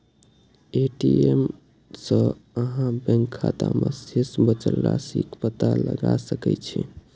ATM सं अहां bank खाता मे शेष बचल राशिक पता लगा सकै छी